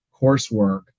coursework